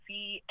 See